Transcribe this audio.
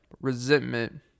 resentment